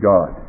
God